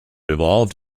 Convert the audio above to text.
evolved